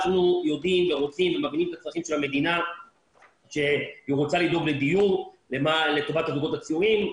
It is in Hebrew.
אנחנו יודעים שהמדינה רוצה לדאוג לדיור לטובת הזוגות הצעירים.